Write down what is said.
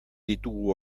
ditugu